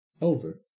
over